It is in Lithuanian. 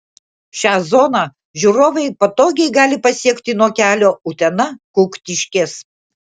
šią zoną žiūrovai patogiai gali pasiekti nuo kelio utena kuktiškės